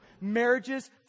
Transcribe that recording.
Marriages